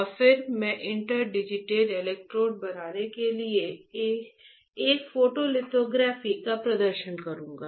और फिर मैं इंटरडिजिटेड इलेक्ट्रोड बनाने के लिए एक फोटोलिथोग्राफी का प्रदर्शन करूंगा